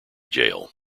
jail